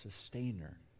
sustainer